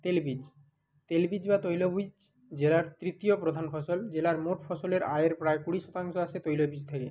তেল বীজ তেল বীজ বা তৈল বীজ জেলার তৃতীয় প্রধান ফসল জেলার মোট ফসলের আয়ের প্রায় কুড়ি শতাংশ আসে তৈল বীজ থেকে